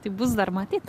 tai bus dar matyt